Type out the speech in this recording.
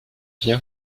bien